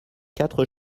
quatre